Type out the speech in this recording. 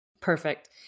Perfect